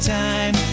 time